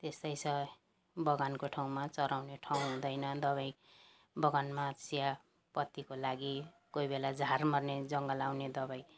त्यस्तै छ बगानको ठाउँमा चराउने ठाउँ हुँदैन दबाई बगानमा चियापत्तीको लागि कोही बेला झार मर्ने जङ्गल आउने दबाई